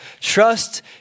trust